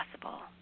possible